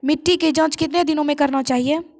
मिट्टी की जाँच कितने दिनों मे करना चाहिए?